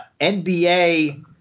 NBA